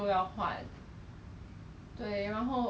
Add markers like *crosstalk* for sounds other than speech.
*laughs* I thought you I got tell you before